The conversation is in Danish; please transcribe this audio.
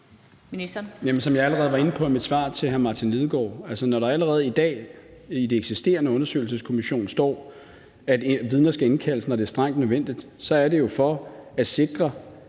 Som jeg allerede var inde på i mit svar til hr. Martin Lidegaard, er det jo, når der allerede i dag i det fra den eksisterende undersøgelseskommission står, at vidner skal indkaldes, når det er strengt nødvendigt, for hele tiden at sikre,